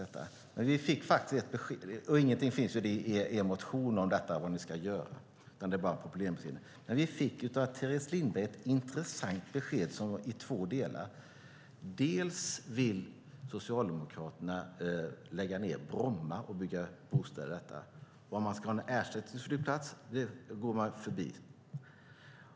Det finns ingenting i er motion om detta och om vad ni ska göra, utan det är bara en problembeskrivning. Vi fick dock ett intressant besked i två delar av Teres Lindberg. För det första vill Socialdemokraterna lägga ned Bromma flygplats och bygga bostäder där. Var man ska ha en ersättningsflygplats går man förbi.